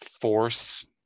force